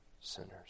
Sinners